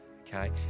okay